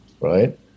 right